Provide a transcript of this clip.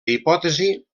hipòtesi